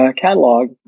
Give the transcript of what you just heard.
catalog